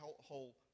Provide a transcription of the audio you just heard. whole